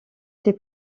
ses